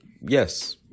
Yes